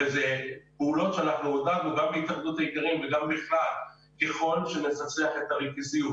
אנחנו הודענו גם להתאחדות האיכרים שככל שנפצח את הריכוזיות